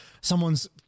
someone's